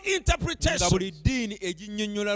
interpretation